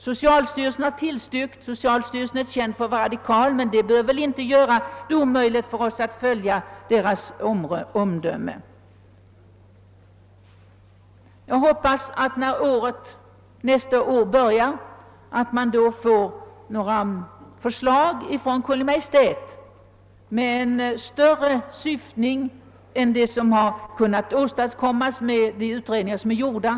Socialstyrelsen, som är känd för att vara radikal, har tillstyrkt motionen, men där för bör det inte vara omöjligt att följa socialstyrelsen. Jag hoppas, att när nästa år börjar, vi får förslag från Kungl. Maj:t med en vidare syftning än det som har åstadkommits med de utredningar som nu är gjorda.